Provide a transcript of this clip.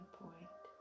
point